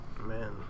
man